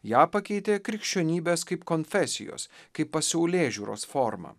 ją pakeitė krikščionybės kaip konfesijos kaip pasaulėžiūros forma